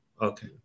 Okay